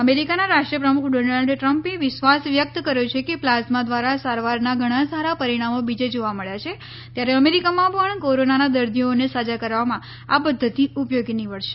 અમેરીકાના રાષ્ટ્રપ્રમુખ ડોનાલ્ડ ટ્રમ્પે વિશ્વાસ વ્યકત કર્યો છે કે પ્લાઝમાં દ્વારા સારવારના ઘણા સારા પરિણામો બિજે જોવા મળ્યા છે ત્યારે અમેરીકામાં પણ કોરોનાના દર્દીઓને સાજા કરવામાં આ પધ્ધતિ ઉપયોગી નિવડશે